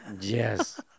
Yes